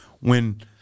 when-